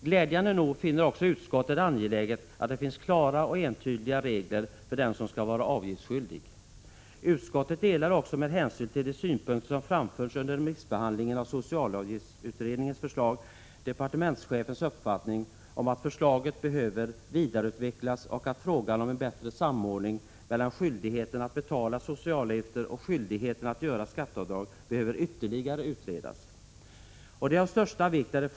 Glädjande nog finner också utskottet det angeläget att klara och entydiga regler finns för den som skall vara avgiftsskyldig. Utskottet delade också, med hänsyn till de synpunkter som framförts under remissbehandlingen av socialavgiftsutredningens förslag, departementschefens uppfattning att förslaget behöver vidareutvecklas och att frågan om en bättre samordning mellan skyldigheten att betala socialavgifter och skyldigheten att göra skatteavdrag behöver utredas ytterligare. Det är av största vikt att de!